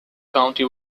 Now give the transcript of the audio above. county